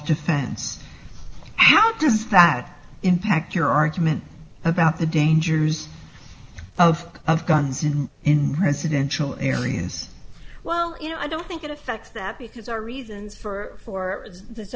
defense how does that impact your argue about the dangers of guns in residential areas well you know i don't think it affects that because our reasons for for the